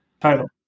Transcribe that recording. title